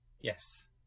Yes